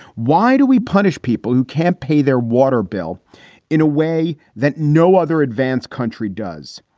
why do we punish people who can't pay their water bill in a way that no other advanced country does?